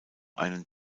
einen